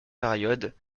période